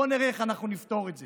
בוא נראה איך אנחנו נפתור את זה.